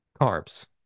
carbs